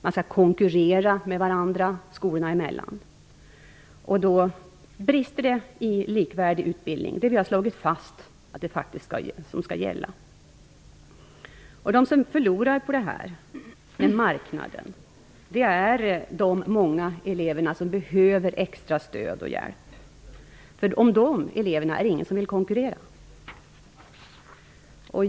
Man skall konkurrera skolorna emellan. Då brister det i likvärdig utbildning, som vi har slagit fast är det som skall gälla. De som förlorar på den här marknaden är de många elever som behöver extra stöd och hjälp. Om de eleverna är det ingen som vill konkurrera.